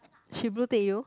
she bluetick you